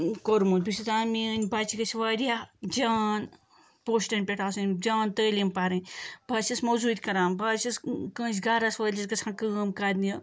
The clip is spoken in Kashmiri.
کوٚرمُت بہٕ چھس دپان میٲنۍ بچہِ گٔژھۍ واریاہ جان پوسٹن پٮ۪ٹھ آسٕنۍ جان تعلیٖم پَرٕنۍ بہٕ حظ چھس موٚزوٗرۍ کَران بہٕ حظ چھس کٲنسہِ گَرس وٲلِس گَژھان کٲم کَرنہِ